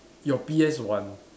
your P_S one